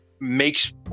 makes